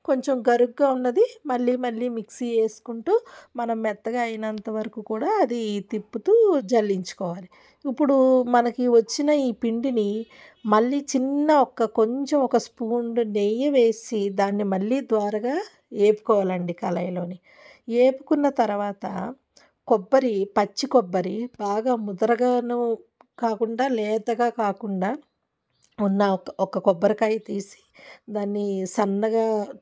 కొంచెం గరుగ్గా ఉన్నది మళ్ళీ మళ్ళీ మిక్స్ వేసుకుంటూ మనం మెత్తగా అయినంత వరకు కూడా అది తిప్పుతూ జల్లించుకోవాలి ఇప్పుడు మనకి వచ్చిన ఈ పిండిని మళ్ళీ చిన్న ఒక కొంచెం ఒక స్పూన్ నెయ్యి వేసి దాన్ని మళ్ళీ ద్వారగా ఏపుకోవాలండి కళాయిలోనే ఏపుకున్న తర్వాత కొబ్బరి పచ్చికొబ్బరి బాగా ముదరగాను కాకుండా లేతగా కాకుండా ఉన్న ఒక ఒక కొబ్బరికాయ తీసి దాన్ని సన్నగా